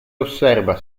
osserva